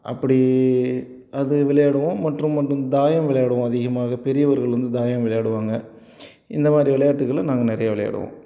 அப்படி அது விளையாடுவோம் மற்றும் மற்றும் தாயம் விளையாடுவோம் அதிகமாக பெரியவர்கள் வந்து தாயம் விளையாடுவாங்க இந்த மாதிரி விளையாட்டுகளை நாங்கள் நிறையா விளையாடுவோம்